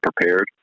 prepared